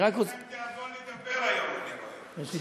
אני רק רוצה, יש לכם תיאבון לדבר היום, אני רואה.